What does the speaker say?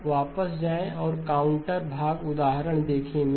अब वापस जाएं और काउंटर भाग उदाहरण देखें